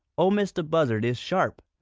ol' mistah buzzard is sharp.